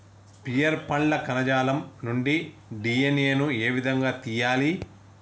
Pear పండ్ల కణజాలం నుండి డి.ఎన్.ఎ ను ఏ విధంగా తియ్యాలి?